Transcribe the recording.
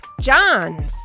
John